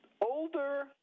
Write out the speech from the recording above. older